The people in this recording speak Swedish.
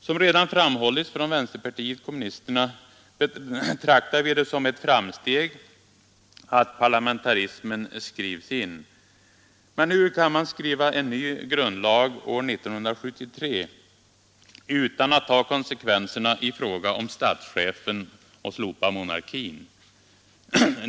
Som redan framhållits från vänsterpartiet kommunisterna betraktar vi det som ett framsteg att parlamentarismen skrivs in. Men hur kan man skriva en ny grundlag år 1973 utan att ta konsekvenserna i fråga om statschefen och slopa monarkin?